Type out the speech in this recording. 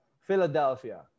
Philadelphia